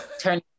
Turn